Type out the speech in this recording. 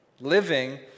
living